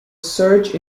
surge